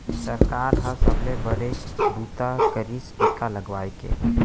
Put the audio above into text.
सरकार ह सबले बड़े बूता करिस टीका लगवाए के